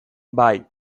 bai